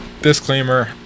Disclaimer